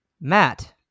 Matt